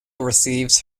receives